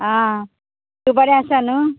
आं तूं बरें आसा नूं